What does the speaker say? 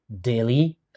daily